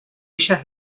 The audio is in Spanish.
ellas